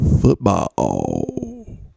football